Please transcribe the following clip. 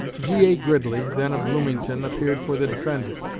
g a. gridley, then of bloomington, appeared for the defendant.